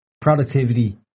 productivity